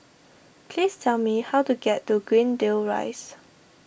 please tell me how to get to Greendale Rise